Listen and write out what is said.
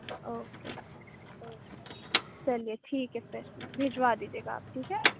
okay چلیے ٹھیک ہے پھر بھجوا دیجیے گا آپ ٹھیک ہے